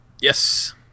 Yes